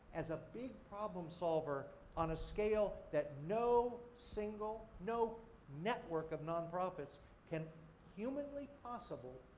as a big problem-solver on a scale that no single, no network of non-profits can humanly possible,